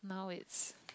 now it's